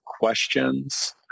questions